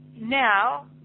now